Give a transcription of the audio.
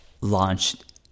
launched